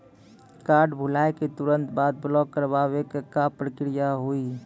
Card भुलाए के तुरंत बाद ब्लॉक करवाए के का प्रक्रिया हुई?